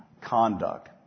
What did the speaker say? conduct